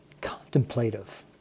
contemplative